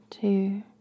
two